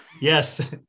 Yes